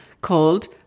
called